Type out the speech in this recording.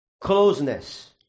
closeness